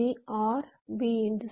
C OR B